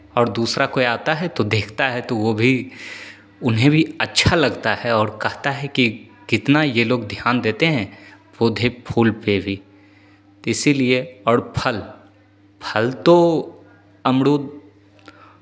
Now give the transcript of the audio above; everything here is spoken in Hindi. और दूसरा कोई आता है तो देखता है तो वो भी उन्हें भी अच्छा लगता है और कहता है कि कितना ये लोग ध्यान देते हैं पौधे फूल पे भी तो इसीलिए और फल फल तो अमरूद